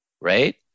right